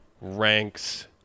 ranks